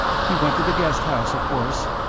he went to the guest house, of course.